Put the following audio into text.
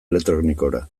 elektronikora